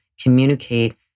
communicate